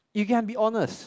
you can be honest